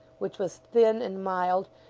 which was thin and mild,